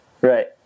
Right